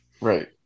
Right